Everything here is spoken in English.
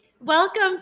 Welcome